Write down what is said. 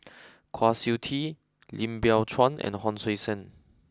Kwa Siew Tee Lim Biow Chuan and Hon Sui Sen